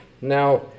now